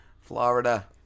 Florida